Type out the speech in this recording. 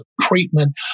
treatment